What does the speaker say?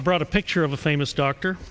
i brought a picture of a famous doctor